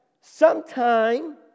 sometime